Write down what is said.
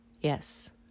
yes